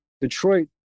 Detroit